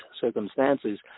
circumstances